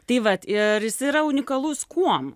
tai vat ir jis yra unikalus kuom